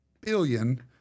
billion